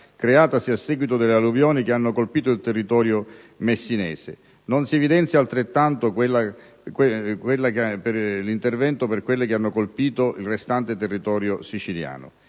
creatasi a seguito delle alluvioni che hanno colpito il territorio messinese. Non si evidenzia invece un intervento per le alluvioni che hanno colpito il restante territorio siciliano.